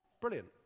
Brilliant